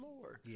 Lord